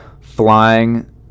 flying